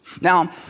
Now